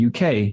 UK